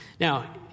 Now